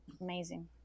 amazing